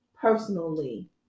personally